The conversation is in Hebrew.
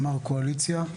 מר קואליציה,